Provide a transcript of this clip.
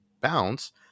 bounce